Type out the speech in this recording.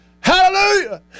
Hallelujah